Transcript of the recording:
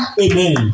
Amen